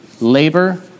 labor